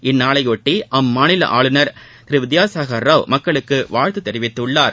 இந்நாளையொட்டி அம்மாநில ஆளுநர் திரு வித்யாசாகர் ராவ் மக்களுக்கு வாழ்த்து தெரிவித்துள்ளார்